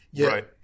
Right